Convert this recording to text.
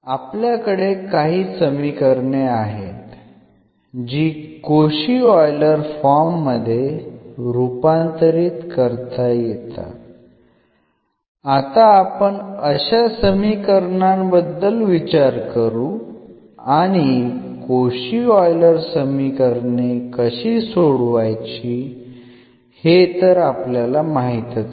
आपल्याकडे काही समीकरणे आहेत जी कोशी ऑइलर फॉर्म मध्ये रूपांतरित करता येतात आता आपण अशा समीकरणांबद्दल विचार करू आणि कोशी ऑइलर समीकरणे कशी सोडवायची हे तर आपल्याला माहीतच आहे